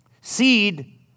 Seed